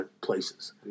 places